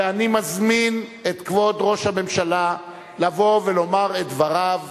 ואני מזמין את כבוד ראש הממשלה לבוא ולומר את דבריו.